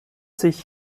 sich